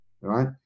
right